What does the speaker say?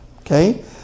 okay